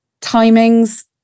timings